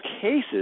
cases